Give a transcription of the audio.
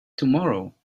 tomorrow